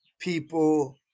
people